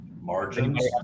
Margins